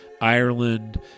Ireland